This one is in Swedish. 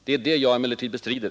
Men det är det jag bestrider.